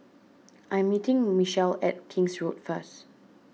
I'm meeting Michel at King's Road first